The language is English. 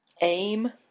aim